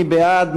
מי בעד?